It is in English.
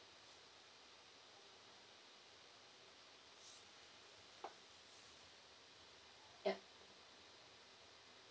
yup